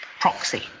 proxy